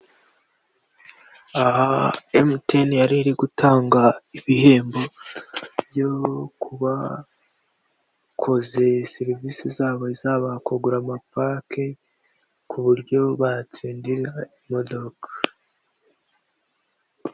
Aha Emutiyeni yari iri gutanga ibihembo byo kubakoze serivisi zabo zaba kugura ama paki kuburyo batsindira imodoka.